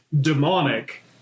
demonic